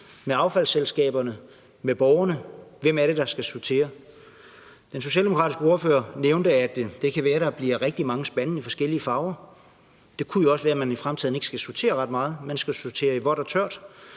affaldsselskaberne og borgerne? Hvem er det, der skal sortere? Den socialdemokratiske ordfører nævnte, at det kan være, at der bliver rigtig mange spande i forskellige farver. Det kan jo også være, at man i fremtiden ikke skal sortere ret meget, at man skal sortere i vådt og tørt,